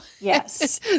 Yes